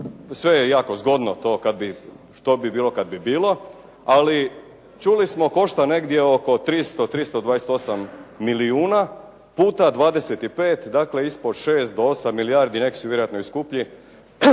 sve je jako zgodno to, kad bi “što bi bilo kad bi bilo“. Ali čuli smo košta negdje oko 300, 328 milijuna puta 25. Dakle, ispod 6 do 8 milijardi neki su vjerojatno i skuplji